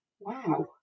Wow